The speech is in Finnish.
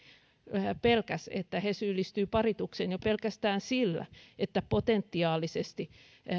pelkäsivät että he syyllistyvät paritukseen jo pelkästään sillä että potentiaalisesti